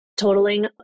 totaling